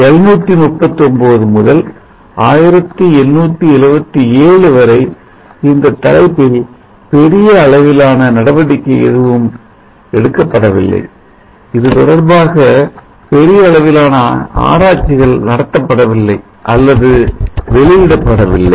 1739 முதல் 1877 வரை இந்த தலைப்பில் பெரிய அளவிலான நடவடிக்கை எதுவும் எடுக்கப்படவில்லை இதுதொடர்பாக பெரிய அளவிலான ஆராய்ச்சிகள் நடத்தப்படவில்லை அல்லது வெளியிடப்படவில்லை